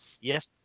yes